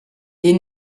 les